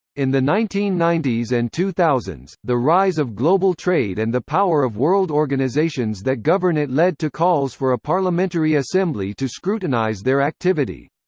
in the nineteen ninety s and two thousand s, the rise of global trade and the power of world organizations that govern it led to calls for a parliamentary assembly to scrutinize their activity.